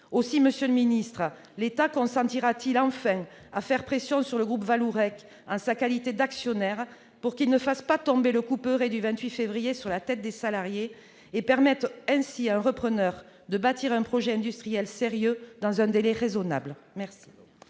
Aussi, monsieur le ministre, l'État consentira-t-il enfin à faire pression sur le groupe Vallourec en sa qualité d'actionnaire pour qu'il ne fasse pas tomber le couperet du 28 février sur la tête des salariés, et permette ainsi à un repreneur de bâtir un projet industriel sérieux dans un délai raisonnable ?